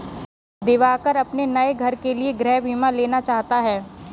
दिवाकर अपने नए घर के लिए गृह बीमा लेना चाहता है